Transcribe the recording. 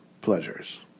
pleasures